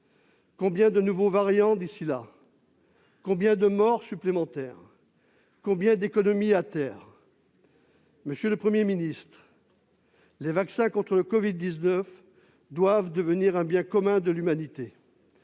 Combien de nouveaux variants d'ici là ? Combien de morts supplémentaires ? Combien d'économies à terre ? Monsieur le Premier ministre, les vaccins contre le covid-19 doivent devenir un bien commun de l'humanité.